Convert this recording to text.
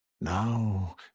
Now